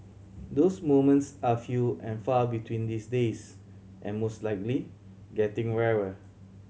those moments are few and far between these days and most likely getting rarer